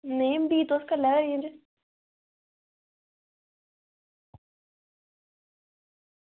नेईं बी तुस करी लैएओ अरेंज